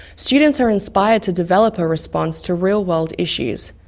students are inspired to develop a response to real world issues,